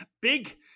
Big